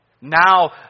Now